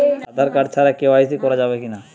Aadhaar card ছাড়া KYC করা যাবে কি না?